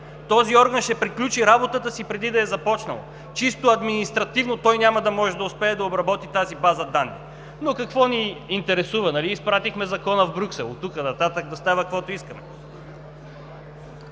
този орган ще приключи работата си преди да е започнал. Чисто административно той няма да успее да обработи тази база данни. Но какво ни интересува – нали изпратихме Закона в Брюксел, а от тук нататък да става каквото искаме?!